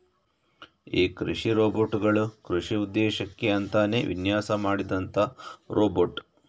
ಈ ಕೃಷಿ ರೋಬೋಟ್ ಗಳು ಕೃಷಿ ಉದ್ದೇಶಕ್ಕೆ ಅಂತಾನೇ ವಿನ್ಯಾಸ ಮಾಡಿದಂತ ರೋಬೋಟ್